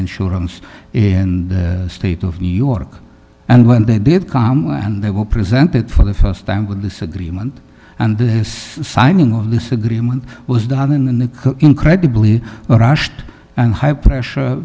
insurance in the state of new york and when they did com and they will present it for the st time with this agreement and this signing of this agreement was done in the incredibly rushed and high pressure